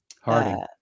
Harding